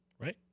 Right